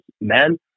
men